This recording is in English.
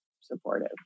supportive